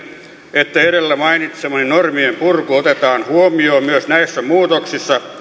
että edellä mainitsemani normien purku otetaan huomioon myös näissä muutoksissa